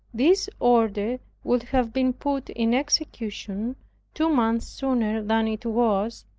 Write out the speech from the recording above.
this order would have been put in execution two months sooner than it was,